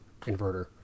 inverter